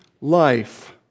life